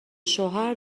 شوهر